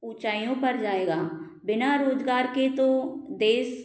ऊचाइयों पर जाएगा बिना रोजगार के तो देश